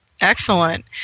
Excellent